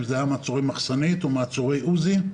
אם זה היה מעצורי מחסנית או מעצורי עוזי.